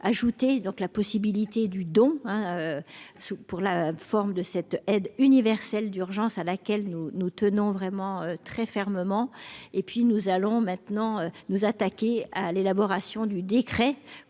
ajouter donc la possibilité du don un. Sous pour la forme de cette aide universelle d'urgence à laquelle nous nous tenons vraiment très fermement. Et puis nous allons maintenant nous attaquer à l'élaboration du décret